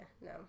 no